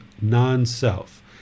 non-self